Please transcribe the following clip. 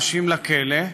אנשים לכלא,